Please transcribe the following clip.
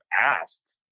asked